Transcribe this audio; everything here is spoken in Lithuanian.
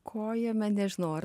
ko jame nežinau ar